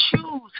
choose